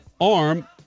arm